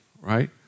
right